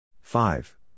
Five